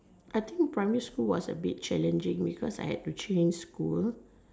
I think primary school was a bit challenging because I had to change school